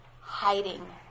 hiding